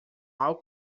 mal